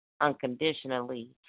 unconditionally